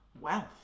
wealth